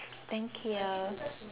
thank you